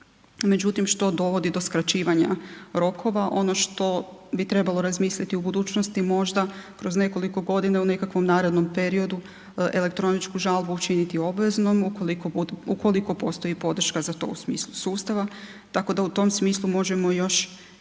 međutim što dovodi do skraćivanja rokova. Ono što bi trebalo razmisliti u budućnosti možda kroz nekoliko godina u nekakvom narednom periodu elektroničku žalbu učiniti obveznom ukoliko postoji podrška za to u smislu sustava. Tako da u tom smislu možemo još